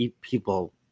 People